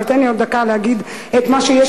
אבל תן לי עוד דקה להגיד את מה שיש